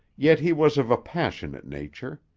yet he was of a passionate nature.